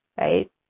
right